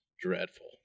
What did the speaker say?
dreadful